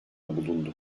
bulundu